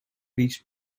teach